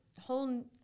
whole